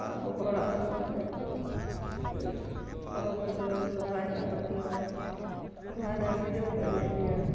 ᱟᱵᱚ ᱦᱚᱲᱟᱜ ᱫᱚ ᱱᱚᱜᱼᱚᱭ ᱯᱚᱨᱚᱵᱽ ᱨᱮᱫᱚ ᱥᱚᱨᱦᱟᱭ ᱦᱮᱱᱟᱜ ᱛᱟᱵᱚᱱᱟ ᱥᱚᱨᱦᱟᱭ ᱨᱮ ᱟᱹᱰᱤ ᱡᱳᱨ ᱠᱚ ᱮᱱᱮᱡ ᱜᱮᱭᱟ